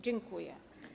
Dziękuję.